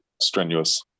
strenuous